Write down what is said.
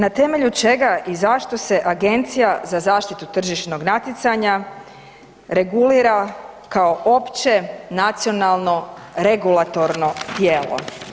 Na temelju čega i zašto se Agencija za zaštitu tržišnog natjecanja regulira kao opće nacionalno regulatorno tijelo?